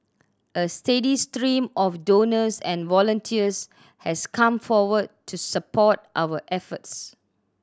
a steady stream of donors and volunteers has come forward to support our efforts